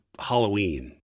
Halloween